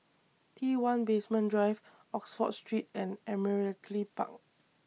T one Basement Drive Oxford Street and Admiralty Park